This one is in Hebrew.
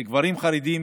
גברים חרדים,